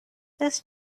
this